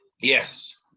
Yes